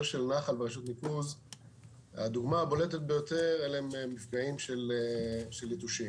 של נחל ורשות ניקוז הם מפגעי יתושים.